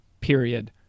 period